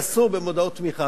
אסור במודעות תמיכה.